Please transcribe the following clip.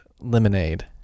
lemonade